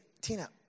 Tina